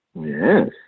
Yes